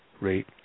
rate